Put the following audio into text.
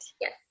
Yes